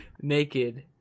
naked